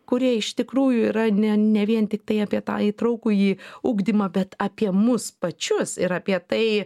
kurie iš tikrųjų yra ne ne vien tiktai apie tą įtraukųjį ugdymą bet apie mus pačius ir apie tai